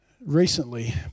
recently